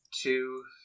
two